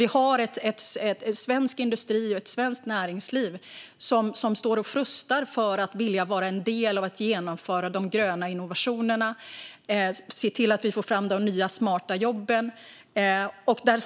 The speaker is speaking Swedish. Vi har en svensk industri och ett svenskt näringsliv som står och frustar och vill vara en del i att genomföra de gröna innovationerna och se till att vi får fram de nya, smarta jobben.